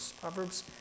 Proverbs